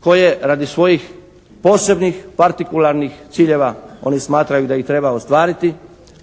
koje radi svojih posebnih, partikularnih ciljeva oni smatraju da ih treba ostvariti,